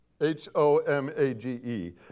H-O-M-A-G-E